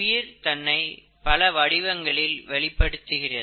உயிர் தன்னை பல வடிவங்களில் வெளிப்படுத்துகிறது